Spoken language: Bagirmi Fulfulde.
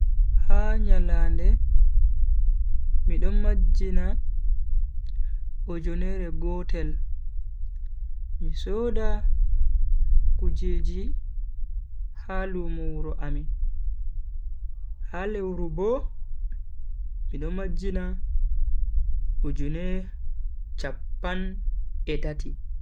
Ha nyalande mido majjina doola ujunere gotel mi soda kueji ha lumo wuro amin. ha lewru bo, mido majjina ujune chappan e tati.